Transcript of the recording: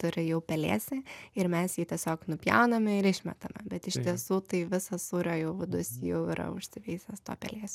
turi jau pelėsį ir mes jį tiesiog nupjauname ir išmetame bet iš tiesų tai visas sūrio jau vidus jau yra užsiveisęs tuo pelėsiu